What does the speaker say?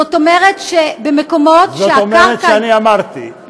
זאת אומרת, זאת אומרת שאני אמרתי.